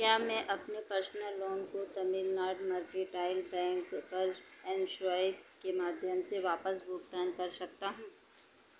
क्या मैं अपने पर्सनल लोन को तमिलनाड मर्केंटाइल बैंक पर एमस्वाइप के माध्यम से वापस भुगतान कर सकता हूँ